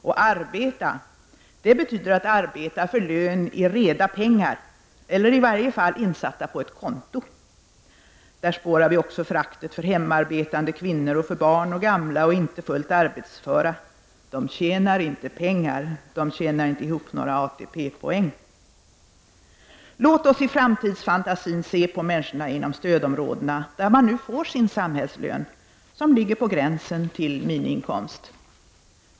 Och arbeta, det betyder att arbeta för lön i reda pengar, eller i varje fall insatta på ett konto. Där spårar vi också föraktet för hemarbetande kvinnor samt för barn, gamla och inte fullt arbetsföra. De tjänar inte pengar. De tjänar inte ihop några ATP poäng. Låt oss i framtidsfantasin se på människorna inom stödområdena, där man nu får sin samhällslön, som ligger på gränsen till miniinkomst.